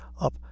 up